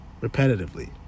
repetitively